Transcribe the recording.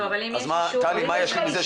מה עוזר זה שיש לו אישור?